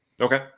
okay